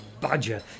badger